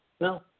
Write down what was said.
No